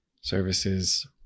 services